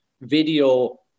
video